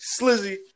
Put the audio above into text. Slizzy